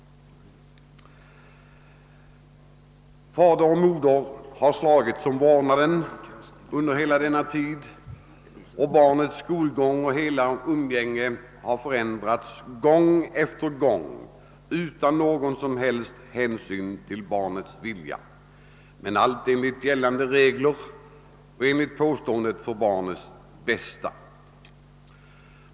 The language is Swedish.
Fader och moder har slagits om vårdnaden under hela denna tid, och barnets skolgång och hela umgänge har förändrats gång efter annan utan någon som helst hänsyn till barnets vilja, allt enligt gällande regler och enligt bestämmelsen att det skall ske för barnets bästa.